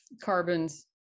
carbons